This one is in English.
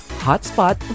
Hotspot